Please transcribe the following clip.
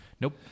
Nope